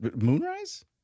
moonrise